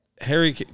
Harry